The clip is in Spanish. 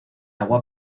agua